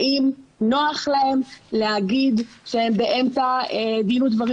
האם נוח להם להגיש שהם באמצע דין ודברים